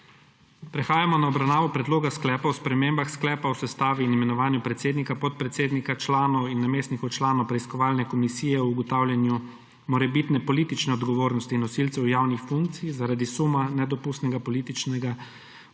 Prehajamo na obravnavo Predloga sklepa o spremembah Sklepa o sestavi in imenovanju predsednika, podpredsednika, članov in namestnikov članov Preiskovalne komisije o ugotavljanju morebitne politične odgovornosti nosilcev javnih funkcij zaradi suma nedopustnega političnega